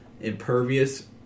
impervious